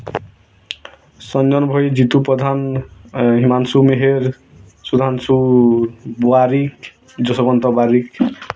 Sanjan Bhoi Jitu Pradhan Himanshu Meher Sudhanshu Barik Jashobanta Barik